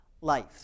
life